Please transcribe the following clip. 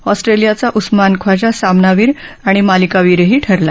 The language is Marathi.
ऑस्ट्र्र्सियाचा उस्मान ख्वाजा सामनावीर आणि मालिकावीरही ठरला